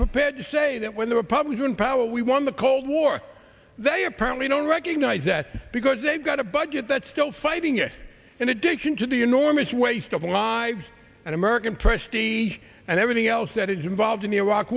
prepared to say that when the republican power we won the cold war they apparently don't recognize that because they've got a budget that's still fighting it in addition to the enormous waste of lives and american prestige and everything else that is involved in